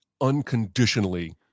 unconditionally